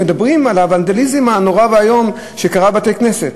מדברים על הוונדליזם הנורא והאיום שהיה בבתי-הכנסת.